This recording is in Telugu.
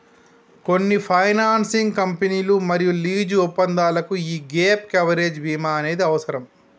కొన్ని ఫైనాన్సింగ్ కంపెనీలు మరియు లీజు ఒప్పందాలకు యీ గ్యేప్ కవరేజ్ బీమా అనేది అవసరం